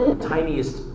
tiniest